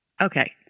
Okay